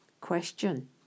question